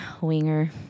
Winger